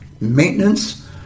Maintenance